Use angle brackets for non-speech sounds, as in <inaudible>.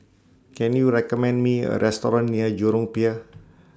<noise> Can YOU recommend Me A Restaurant near Jurong Pier